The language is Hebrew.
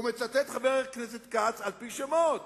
ומצטט חבר הכנסת כץ, על-פי שמות